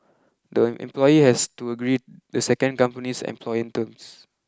the employee has to agree the second company's employment terms